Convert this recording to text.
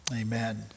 amen